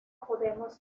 podemos